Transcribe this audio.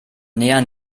nähern